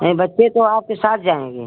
नहीं बच्चे तो आपके साथ जाएँगे